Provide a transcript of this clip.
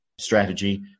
strategy